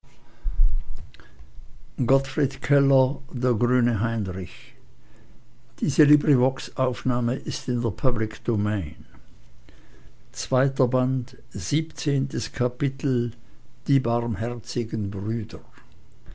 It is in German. die barmherzigen brüder